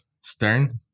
Stern